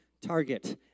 Target